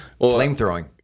Flamethrowing